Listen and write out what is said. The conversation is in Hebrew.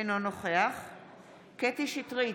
אינו נוכח קטי קטרין שטרית,